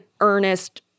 earnest